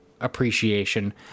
appreciation